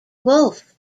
woolf